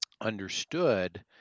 understood